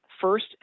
First